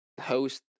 host